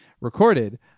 recorded